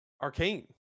arcane